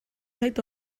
zait